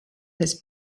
his